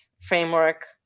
framework